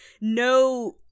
no